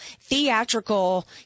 theatrical